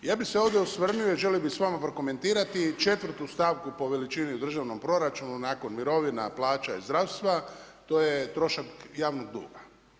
Ja bi se ovdje osvrnuo i želio bi s vama komentirati 4. stavku po veličini u državnom proračunu nakon mirovina, plaća i zdravstva, to je trošak javnog duga.